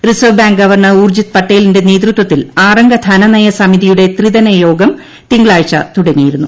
reserve bank governor Urjit പട്ടേലിന്റെ നേതൃത്വത്തിൽ ആറംഗ ധന നയ സമിതിയുടെ ത്രിദിനയോഗം തിങ്കളാഴ്ച തുടങ്ങിയിരുന്നു